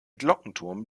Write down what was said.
glockenturm